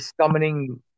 summoning